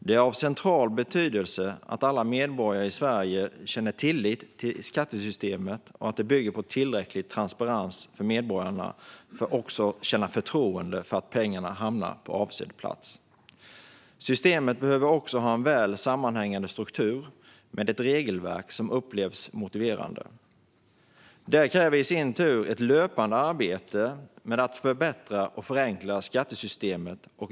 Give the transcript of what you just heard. Det är av central betydelse att alla medborgare i Sverige känner tillit till skattesystemet och att det bygger på tillräcklig transparens för att medborgarna också ska känna förtroende för att pengarna hamnar på avsedd plats. Systemet behöver också ha en väl sammanhängande struktur med ett regelverk som upplevs vara motiverande. Det kräver i sin tur ett löpande arbete med att förbättra och förenkla skattesystemet.